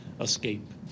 escape